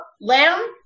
lamb